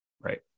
Right